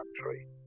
country